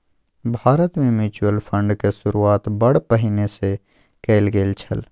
भारतमे म्यूचुअल फंडक शुरूआत बड़ पहिने सँ कैल गेल छल